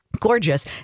gorgeous